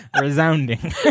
Resounding